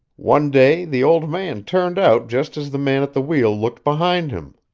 one day the old man turned out just as the man at the wheel looked behind him.